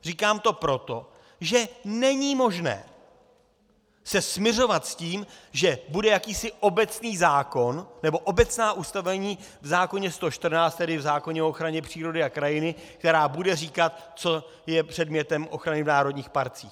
Říkám to proto, že není možné se smiřovat s tím, že bude jakýsi obecný zákon nebo obecná ustanovení v zákoně 114, tedy v zákoně o ochraně přírody a krajiny, která budou říkat, co je předmětem ochrany v národních parcích.